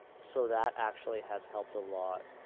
so that actually has helped a lot,